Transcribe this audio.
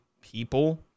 people